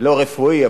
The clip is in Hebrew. לא רפואי,